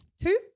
Two